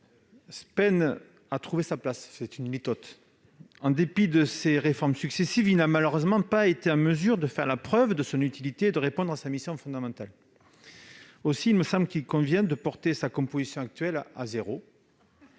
peine à trouver sa place- c'est une litote ... En dépit de ses réformes successives, il n'a malheureusement pas été en mesure de faire la preuve de son utilité et de répondre à sa mission fondamentale. Aussi, il convient de porter sa composition actuelle à ...